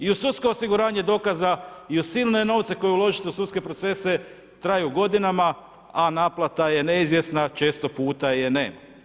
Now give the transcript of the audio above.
I uz sudsko osiguranje dokaza i uz silne novce koje uložite u sudske procese traju godinama, a naplata je neizvjesna, jer često puta je nema.